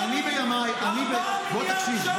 4 מיליארד ש"ח -- בוא תקשיב,